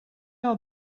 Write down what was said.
are